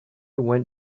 went